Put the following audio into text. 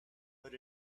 but